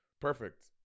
Perfect